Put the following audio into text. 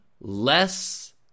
less